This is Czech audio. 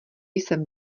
jsem